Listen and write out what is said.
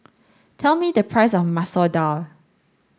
tell me the price of Masoor Dal